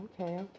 Okay